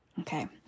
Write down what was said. Okay